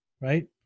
right